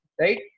right